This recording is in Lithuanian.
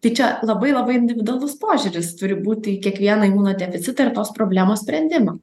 tai čia labai labai individualus požiūris turi būti į kiekvieną imunodeficitą ir tos problemos sprendimą